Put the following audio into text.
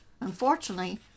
Unfortunately